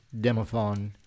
Demophon